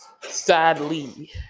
Sadly